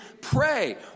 pray